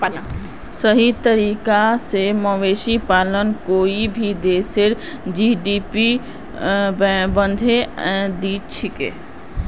सही तरीका स मवेशी पालन कोई भी देशेर जी.डी.पी बढ़ैं दिछेक